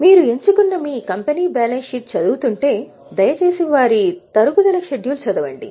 మీరు ఎంచుకున్న మీ కంపెనీ బ్యాలెన్స్ షీట్ చదువుతుంటే దయచేసి వారి తరుగుదల షెడ్యూల్ చదవండి